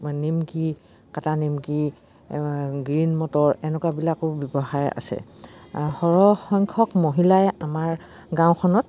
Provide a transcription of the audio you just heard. নিমকি কাটা নিমকি গ্ৰীণ মটৰ এনেকুৱাবিলাকো ব্যৱসায় আছে সৰহসংখ্যক মহিলাই আমাৰ গাঁওখনত